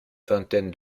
vingtaine